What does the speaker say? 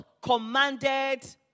commanded